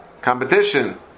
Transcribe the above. competition